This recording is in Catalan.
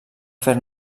fer